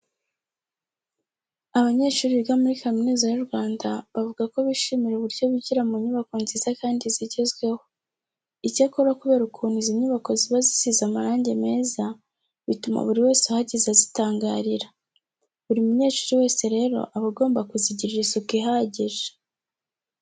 Abanyeshuri biga muri Kaminuza y'u Rwanda bavuga ko bishimira uburyo bigira mu nyubako nziza kandi zigezweho. Icyakora kubera ukuntu izi nyubako ziba zisize amarange meza, bituma buri wese uhageze azitangarira. Buri munyeshuri wese rero aba agomba kuzigirira isuku ihagije.